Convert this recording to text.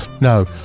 No